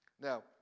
Now